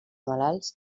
malalts